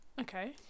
Okay